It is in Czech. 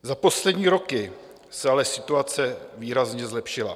Za poslední roky se ale situace výrazně zlepšila.